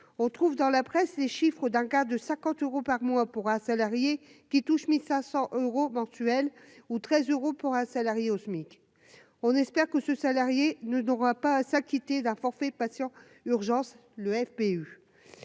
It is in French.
on trouve dans la presse ces chiffres d'un cas de 50 euros par mois pour un salarié qui touche 1500 euros mensuels ou 13 euros pour un salarié au SMIC, on espère que ce salarié ne doit pas s'acquitter d'un forfait patient urgences le FPE,